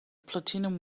platinum